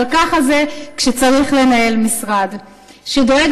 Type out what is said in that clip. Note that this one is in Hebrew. / אבל ככה זה כשצריך לנהל משרד / שדואג